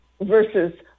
versus